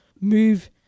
move